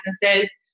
businesses